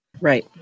Right